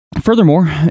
Furthermore